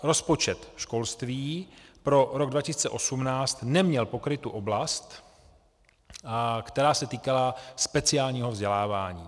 Rozpočet školství pro rok 2018 neměl pokrytu oblast, která se týkala speciálního vzdělávání.